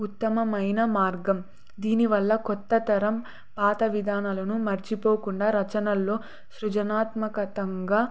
ఉత్తమమైన మార్గం దీనివల్ల కొత్త తరం పాత విధానలను మర్చిపోకుండా రచనల్లో సృజనాత్మకంగా